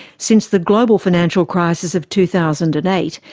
since the global financial crisis of two thousand and eight,